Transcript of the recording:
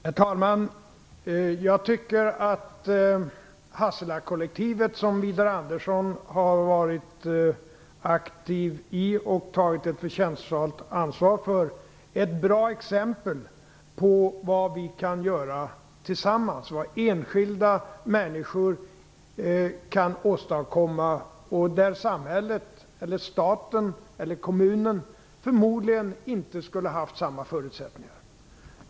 Herr talman! Jag tycker att Hasselakollektivet, som Widar Andersson har varit aktiv i och tagit ett förtjäntsfullt ansvar för, är ett bra exempel på vad vi kan göra tillsammans, vad enskilda människor kan åstadkomma där samhället, staten eller kommunen förmodligen inte skulle ha haft samma förutsättningar.